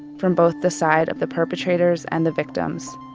from both the side of the perpetrators and the victims.